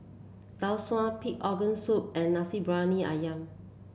Tau Suan Pig Organ Soup and Nasi Briyani ayam